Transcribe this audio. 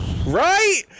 Right